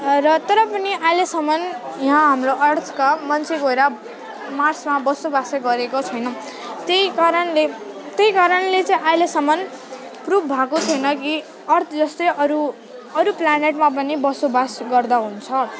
र तर पनि अहिलेसम्म यहाँ हाम्रो अर्थका मान्छे गएर मार्समा बसोबासो गरेको छैनौँ त्यही कारणले त्यही कारणले चाहिँ अहिलेसम्म प्रुफ भएको छैन कि अर्थ जस्तै अरू अरू प्लानेटमा पनि बसोबास गर्दा हुन्छ